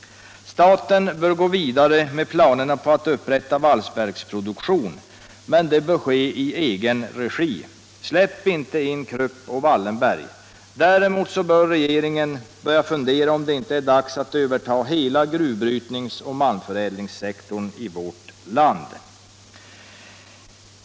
Staten bör gå vidare med planerna på att upprätta valsverksproduktion, men det bör ske i egen regi. Släpp inte in Krupp och Wallenberg! Däremot bör regeringen fundera på om det inte är dags att överta hela gruvbrytningen och malmförädlingssektorn i vårt land.